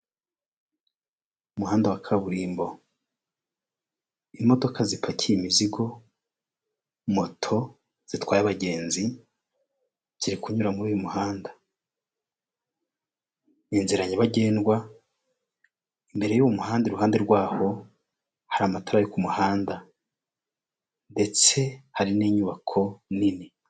Umuhanda wa kaburimbo. Imodoka zipakiye imizigo, moto zitwaye abagenzi ziri kunyura muri uyu muhanda. Inzira nyabagendwa, imbere y'uwo muhanda iruhande rwaho, hari amatara yo ku muhanda ndetse hari n'inyubako nini.